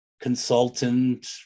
consultant